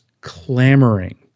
clamoring